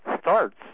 starts